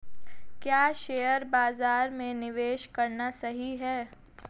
क्या शेयर बाज़ार में निवेश करना सही है?